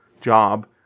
job